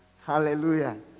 Hallelujah